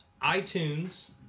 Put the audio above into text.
iTunes